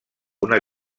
una